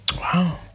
wow